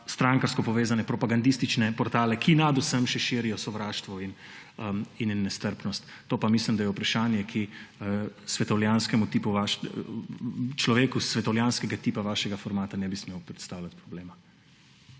strankarsko povezane, propagandistične portale, ki nad vsem še širijo sovraštvo in nestrpnost? To pa mislim, da je vprašanje, ki človeku, svetovljanskega tipa vašega formata, ne bi smelo predstavljati problema.